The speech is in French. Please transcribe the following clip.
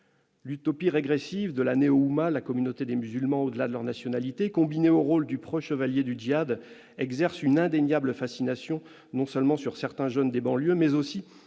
L'utopie régressive de la néo-Oumma- la communauté des musulmans au-delà de leur nationalité -, combinée au rôle du preux chevalier du djihad, exerce une indéniable fascination non seulement sur certains jeunes des banlieues, mais aussi,